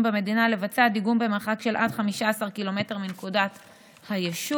במדינה לבצע דיגום במרחק של עד 15 קילומטר מנקודות היישוב,